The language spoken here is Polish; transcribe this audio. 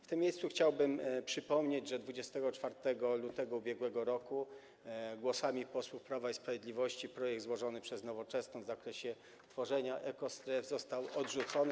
W tym miejscu chciałbym przypomnieć, że 24 lutego ub.r. głosami posłów Prawa i Sprawiedliwości projekt złożony przez Nowoczesną w zakresie tworzenia ekostref został odrzucony.